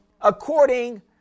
according